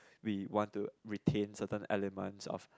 we want to retain certain elements of